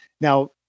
Now